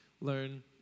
Learn